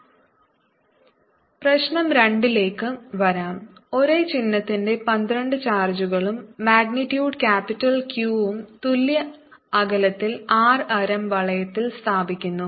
F14π0Qqa2y232 പ്രശ്നo 2 ലേക്ക് വരാം ഒരേ ചിഹ്നത്തിന്റെ 12 ചാർജുകളും മാഗ്നിറ്റ്യൂഡ് ക്യാപിറ്റൽ Q വും തുല്യ അകലത്തിൽ R ആരം വളയത്തിൽ സ്ഥാപിക്കുന്ന